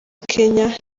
kenya